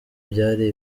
byari